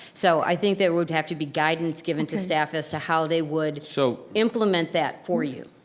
so i think there would have to be guidance given to staff as to how they would so implement that for you.